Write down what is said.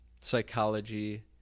psychology